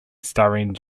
starring